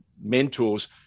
mentors